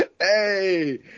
Hey